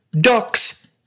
ducks